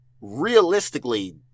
realistically